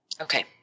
Okay